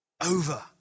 over